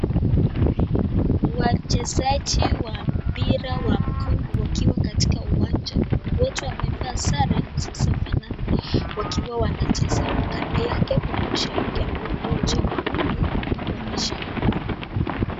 Wachezaji wa mpira wa mkuu wakiwa katika uwanja wote wamevaa sare zilizofanana wakiwa wanacheza kando yake kuna mashabiki ambao wamekuja kwa wingi ili kuonyesha upendo.